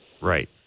Right